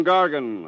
Gargan